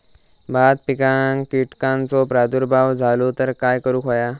भात पिकांक कीटकांचो प्रादुर्भाव झालो तर काय करूक होया?